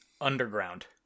underground